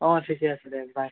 অঁ ঠিকে আছে দে বাই